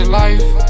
life